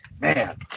Man